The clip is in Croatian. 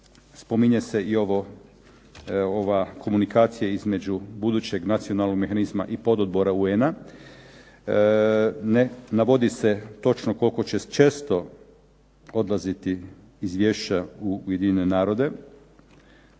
spominje se i ova komunikacija između budućeg nacionalnog mehanizma i pododbora UN-a. Ne navodi se točno koliko će često odlaziti izvješća u Ujedinjene narode.